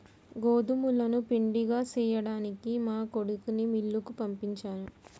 గోదుములను పిండిగా సేయ్యడానికి మా కొడుకుని మిల్లుకి పంపించాను